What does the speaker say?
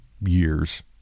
years